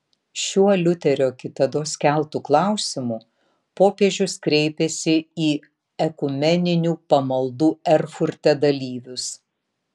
šiuo liuterio kitados keltu klausimu popiežius kreipėsi į ekumeninių pamaldų erfurte dalyvius